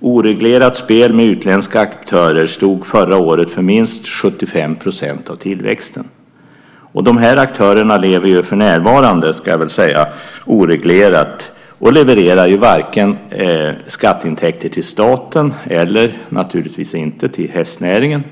Oreglerat spel med utländska aktörer stod förra året för minst 75 % av tillväxten. Dessa aktörer lever - för närvarande, ska jag väl säga - oreglerat och levererar inga skatteintäkter till staten och naturligtvis inget till hästnäringen.